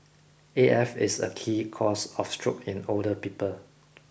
A F is a key cause of stroke in older people